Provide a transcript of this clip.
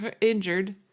injured